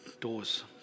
doors